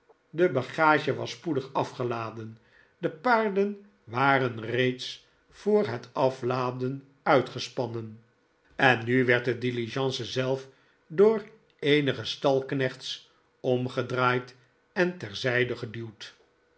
de bagage was spoedig afgeladen de paarden david copperfield waren reeds voor het afladen uitgespannen en nu werd de diligence zelf door eenige stalknechts omgedraaid en terzijde geduwd